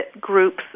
groups